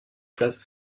place